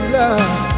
love